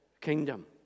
kingdom